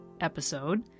episode